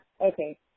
Okay